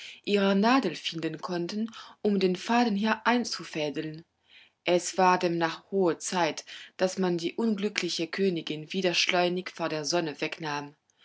ihrer nadeln finden konnten um den faden einzufädeln es war demnach hohe zeit daß man die unglückliche königin wieder schleunig von der sonne wegnahm